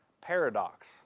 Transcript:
paradox